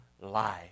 life